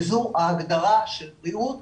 וזו ההגדרה של בריאות